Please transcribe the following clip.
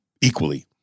equally